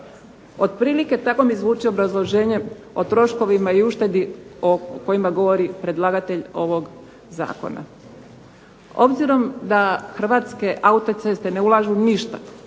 Otprilike tako mi zvuči obrazloženje o troškovima i uštedi o kojima govori predlagatelj ovog Zakona. Obzirom da Hrvatske autoceste ne ulažu ništa,